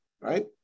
right